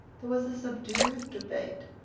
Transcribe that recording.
there was a subdued debate.